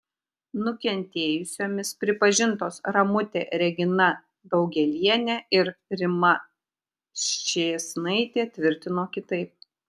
nukentėjusiomis pripažintos ramutė regina daugėlienė ir rima ščėsnaitė tvirtino kitaip